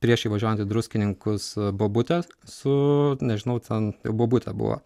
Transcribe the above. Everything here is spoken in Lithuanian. prieš įvažiuojant į druskininkus bobutę su nežinau ten jau bobutė buvo